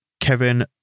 Kevin